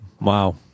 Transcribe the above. wow